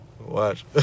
Watch